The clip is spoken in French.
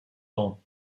dans